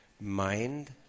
mind